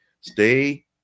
Stay